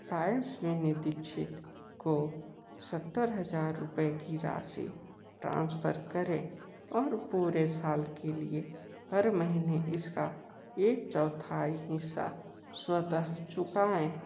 को सत्तर हज़ार रुपये की राशि ट्रांसफ़र करें और पूरे साल के लिए हर महीने इसका एक चौथाई हिस्सा स्वतः चुकाएँ